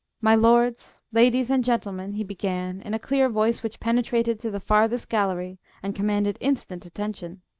my lords, ladies, and gentlemen, he began, in a clear voice which penetrated to the farthest gallery and commanded instant attention.